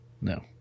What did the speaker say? No